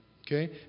Okay